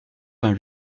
vingt